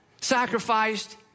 sacrificed